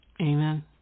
Amen